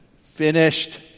finished